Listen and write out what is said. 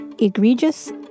egregious